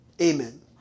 Amen